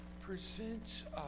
presents